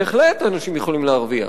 בהחלט אנשים יכולים להרוויח.